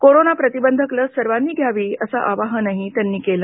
corona प्रतिबंधक लस सर्वांनी घ्या असं आवाहनही त्यांनी केलं